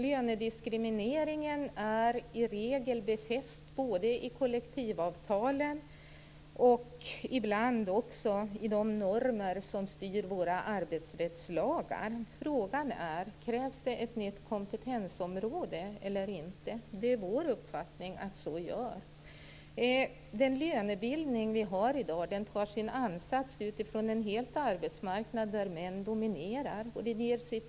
Lönediskrimineringen är i regel befäst i kollektivavtalen och ibland också i de normer som styr våra arbetsrättslagar. Frågan är: Krävs det ett nytt kompetensområde eller inte? Vår uppfattning är att detta krävs. Den lönebildning vi har i dag tar sin ansats i en arbetsmarknad där männen dominerar.